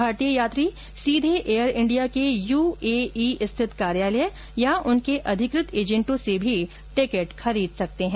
भारतीय यात्री सीघे एयर इंडिया के यू ए ई स्थिति कार्यालय या उनके अधिकृत एजेंटों से भी टिकट खरीद सकते हैं